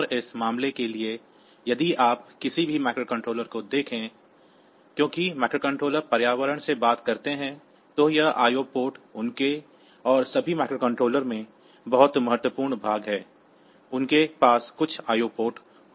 और उस मामले के लिए यदि आप किसी भी माइक्रोकंट्रोलर को देखते हैं क्योंकि माइक्रो कंट्रोलर पर्यावरण से बात करते हैं तो यह आईओ पोर्ट उनके और सभी माइक्रो कंट्रोलर में बहुत महत्वपूर्ण भाग हैं उनके पास कुछ आईओ पोर्ट होंगे